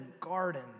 garden